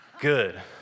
Good